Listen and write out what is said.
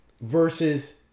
Versus